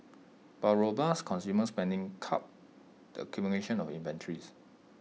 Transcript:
while robust consumer spending curbed the accumulation of inventories